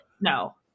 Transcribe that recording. No